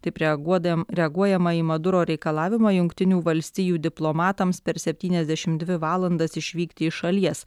taip reaguodam reaguojama į maduro reikalavimą jungtinių valstijų diplomatams per septyniasdešim dvi valandas išvykti iš šalies